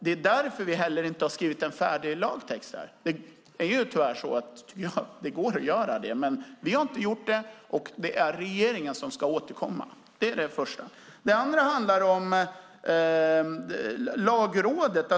Det är därför vi inte har skrivit en färdig lagtext här. Det går att göra det, men vi har inte gjort det. Och det är regeringen som ska återkomma. Det är det första. Det andra handlar om Lagrådet.